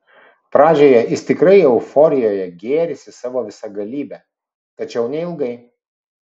pradžioje jis tikrai euforijoje gėrisi savo visagalybe tačiau neilgai